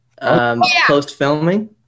post-filming